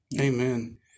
Amen